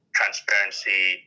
transparency